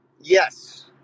Yes